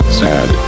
sad